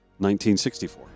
1964